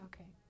Okay